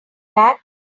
back